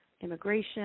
immigration